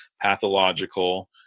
pathological